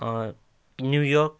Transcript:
New York